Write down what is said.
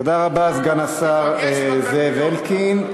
תודה רבה, סגן השר זאב אלקין.